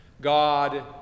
God